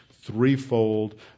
Threefold